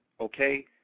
Okay